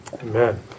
Amen